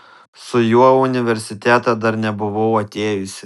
su juo į universitetą dar nebuvau atėjusi